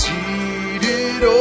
Seated